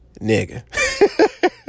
Nigga